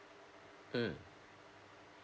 mm